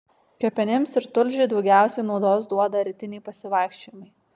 kepenims ir tulžiai daugiausiai naudos duoda rytiniai pasivaikščiojimai